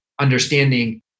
understanding